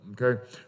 okay